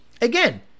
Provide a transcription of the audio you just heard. Again